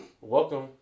Welcome